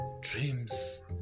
dreams